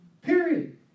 period